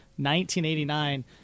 1989 –